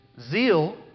Zeal